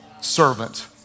servant